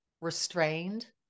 restrained